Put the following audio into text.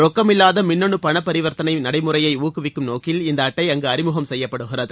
ரொக்கமில்லாத மின்னனு பணப்பரிவர்த்தனை நடைமுறையை ஊக்குவிக்கும் நோக்கில் இந்த அட்டை அங்கு அறிமுகம் செய்யப்படுகிறது